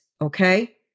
okay